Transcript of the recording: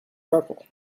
purple